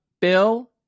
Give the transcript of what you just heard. Bill